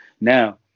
Now